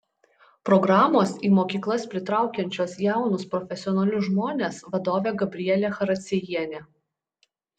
programos į mokyklas pritraukiančios jaunus profesionalius žmones vadovė gabrielė characiejienė